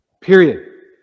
Period